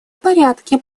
порядке